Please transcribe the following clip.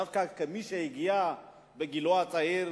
דווקא כמי שהגיע בגיל צעיר